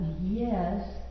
Yes